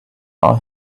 are